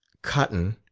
cotton.